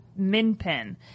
Minpin